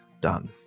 done